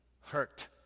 hurt